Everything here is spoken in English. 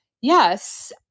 yes